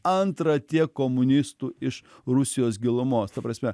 antra tiek komunistų iš rusijos gilumos ta prasme